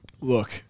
Look